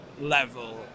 level